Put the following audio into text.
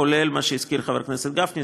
כולל מה שהזכיר חבר הכנסת גפני,